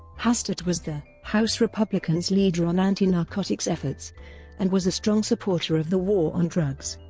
hastert was the house republicans' leader on anti-narcotics efforts and was a strong supporter of the war on drugs.